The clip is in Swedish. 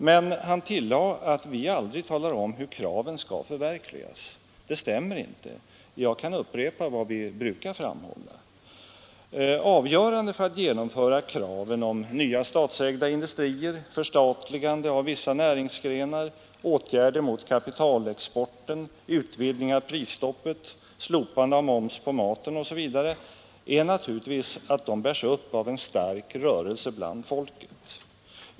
Men han tillade att vi aldrig talar om hur kraven skall förverkligas. Det stämmer inte. Jag kan upprepa vad vi brukar framhålla. Avgörande för att genomföra kraven på nya statsägda industrier, förstatligande av vissa näringsgrenar, åtgärder mot kapitalexporten, utvidgning av prisstoppet, slopande av moms på maten osv. är naturligtvis att de bärs upp av en stark rörelse bland folket.